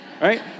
right